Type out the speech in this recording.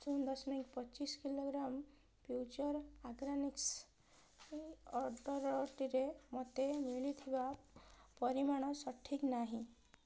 ଶୂନ ଦଶମିକ ପଚିଶ କିଲୋଗ୍ରାମ ଫ୍ୟୁଚର୍ ଆର୍ଗାନିକ୍ସ ଅର୍ଡ଼ର୍ଟିରେ ମୋତେ ମିଳିଥିବା ପରିମାଣ ସଠିକ୍ ନାହିଁ